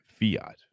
fiat